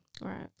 right